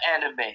anime